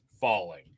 falling